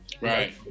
right